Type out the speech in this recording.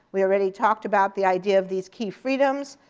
we already talked about the idea of these key freedoms.